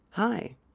Hi